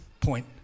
point